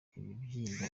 ikibyimba